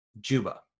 Juba